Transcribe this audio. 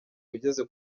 ugeze